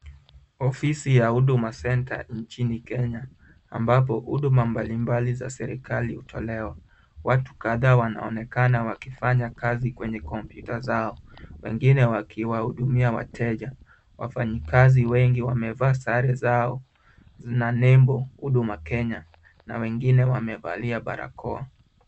Ofisi ya Huduma Centre nchini Kenya ambapo huduma mbalimbali za serikali hutolewa. Watu kadhaa wanaonekana wakifanya kazi kwenye kompyuta zao wengine wakiwahudumia wateja. Wafanyikazi wengi wamevaa sare zao zina nembo Huduma Kenya na wengine wanavalia barakoa.